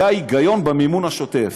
זה ההיגיון במימון השוטף.